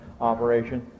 operation